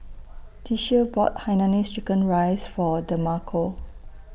Tishie bought Hainanese Chicken Rice For Demarco